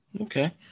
Okay